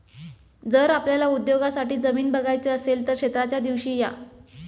जर आपल्याला उद्योगासाठी जमीन बघायची असेल तर क्षेत्राच्या दिवशी या